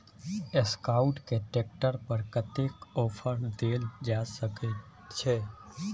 Escort के tractor पर कतेक ऑफर दैल जा सकेत छै?